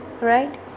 right